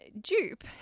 dupe